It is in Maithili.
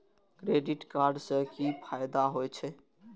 क्रेडिट कार्ड से कि फायदा होय छे?